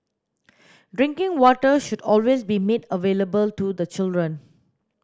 drinking water should always be made available to the children